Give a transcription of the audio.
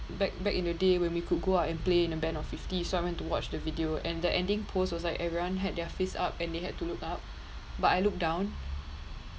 back back in the day when we could go out and play in a band of fifty so I went to watch the video and the ending post was like everyone had their face up and they had to look up but I looked down